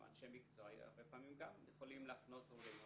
אנשי מקצוע הרבה פעמים גם יכולים להפנות הורים.